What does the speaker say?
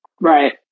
right